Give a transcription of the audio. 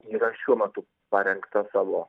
yra šiuo metu parengta savo